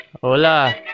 hola